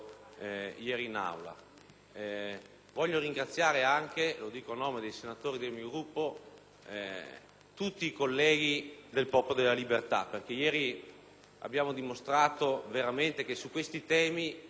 Voglio ringraziare anche, lo dico a nome dei senatori del mio Gruppo, tutti i colleghi del Popolo della Libertà, perché ieri abbiamo dimostrato che su questi temi e su questi valori nella